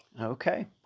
okay